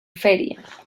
feria